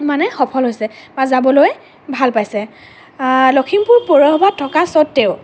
মানে সফল হৈছে বা যাবলৈ ভাল পাইছে লখিমপুৰ পৌৰসভা থকা স্বত্তেও